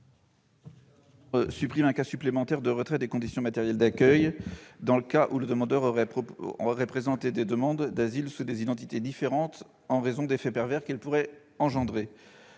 à supprimer un cas supplémentaire de retrait du bénéfice des conditions matérielles d'accueil, dans le cas où le demandeur aurait présenté plusieurs demandes d'asile sous des identités différentes, en raison des effets pervers que cette disposition pourrait engendrer.